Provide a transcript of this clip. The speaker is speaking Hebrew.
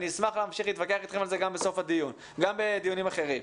אני אשמח להמשיך להתווכח איתכם על זה גם בדיונים אחרים.